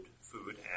food